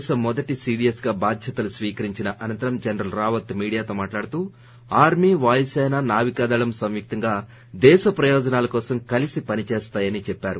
దేశ మొదటి సీడిఎస్ గా బాధ్యతలు స్వీకరించన అనంతరం జనరల్ రావత్ మీడియాతో మాట్లాడుతూ ఆర్మీ వాయుసేన నావికాదళం సంయుక్తంగా దేశ ప్రయోజనాల కోసం కలసి పనిచేస్తాయని చెప్పారు